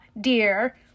dear